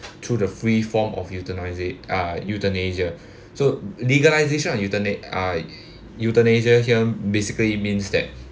to the free form of euthaniz~ uh euthanasia so legalization of euthani~ uh euthanasia here basically means that